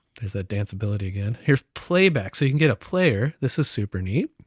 there's that danceability again. here's playback, so you can get a player. this is super neat,